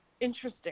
interesting